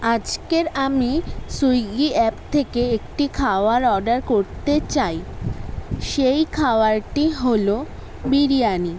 আজকে আমি Swiggy app থেকে একটি খাবার অর্ডার করতে চাই সেই খাবারটি হল বিরিয়ানি